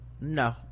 no